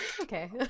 okay